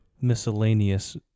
miscellaneous